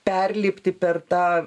perlipti per tą